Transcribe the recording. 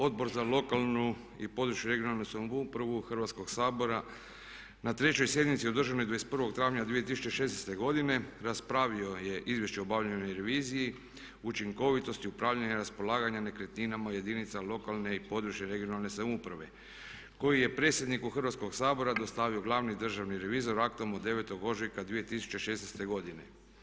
Odbor za lokalnu i područnu regionalnu samoupravu Hrvatskog sabora na trećoj sjednici održanoj 21.04.2016.godine raspravio je Izvješće o obavljenoj reviziji, učinkovitosti upravljanja, raspolaganja nekretninama u jedinicama lokalne i područne regionalne samouprave koju je predsjedniku Hrvatskog sabora dostavio glavni državni revizor aktom od 9.ožujka 2016.godine.